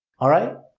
alright?